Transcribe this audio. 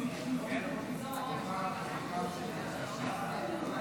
חברת הכנסת פנינה.